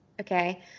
okay